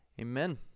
Amen